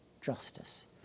justice